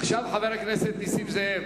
עכשיו חבר הכנסת נסים זאב,